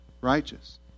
righteous